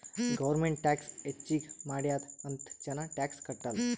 government tax ಹೆಚ್ಚಿಗ್ ಮಾಡ್ಯಾದ್ ಅಂತ್ ಜನ ಟ್ಯಾಕ್ಸ್ ಕಟ್ಟಲ್